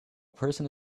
person